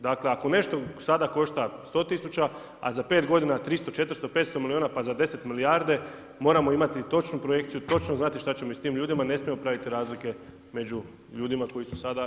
Dakle, ako nešto sada košta 100 000 a za 5 godina 300, 400, 500 milijuna, pa za 10 milijarde, moramo imati točnu projekciju, točno znati što će biti sa tim ljudima, ne smijemo praviti razlike među ljudima koji su sada